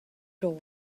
door